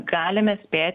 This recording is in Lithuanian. galime spėt